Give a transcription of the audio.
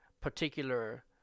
particular